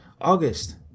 august